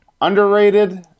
underrated